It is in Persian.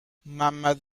ممد